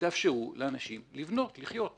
תאפשרו לאנשים לבנות, לחיות.